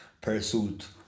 pursuit